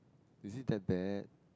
is it that bad